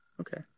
Okay